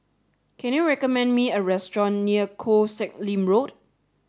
can you recommend me a restaurant near Koh Sek Lim Road